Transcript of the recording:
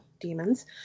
demons